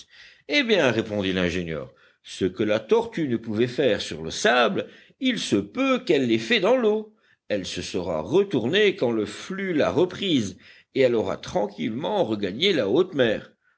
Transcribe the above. eh bien répondit l'ingénieur ce que la tortue ne pouvait faire sur le sable il se peut qu'elle l'ait fait dans l'eau elle se sera retournée quand le flux l'a reprise et elle aura tranquillement regagné la haute mer